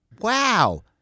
Wow